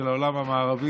של העולם המערבי,